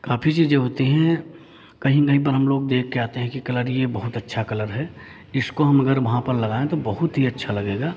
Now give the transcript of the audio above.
काफ़ी चीज़ें होती हैं कहीं कहीं पर हम लोग देख के आते हैं कि कलर ये बहुत अच्छा कलर है इसको हम अगर वहाँ पर लगाएँ तो बहुत ही अच्छा लगेगा